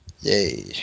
yay